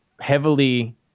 heavily